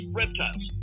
reptiles